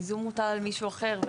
הייזום מוטל על מישהו אחר.